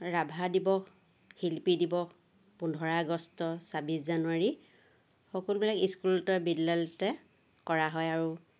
ৰাভা দিৱস শিল্পী দিৱস পোন্ধৰ আগষ্ট ছাব্বিছ জানুৱাৰী সকলোবিলাক স্কুলতে বিদ্যালয়তে কৰা হয় আৰু